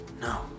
No